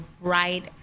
right